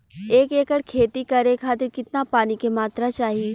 एक एकड़ खेती करे खातिर कितना पानी के मात्रा चाही?